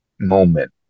Moment